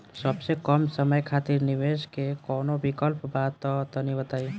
सबसे कम समय खातिर निवेश के कौनो विकल्प बा त तनि बताई?